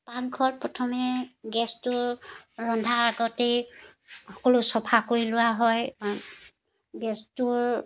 পাকঘৰত প্ৰথমে গেছটো ৰন্ধাৰ আগতেই সকলো চফা কৰি লোৱা হয় গেছটোৰ